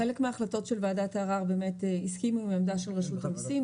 חלק מההחלטות של ועדת ערר הסכימו עם העמדה של רשות המיסים,